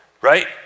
Right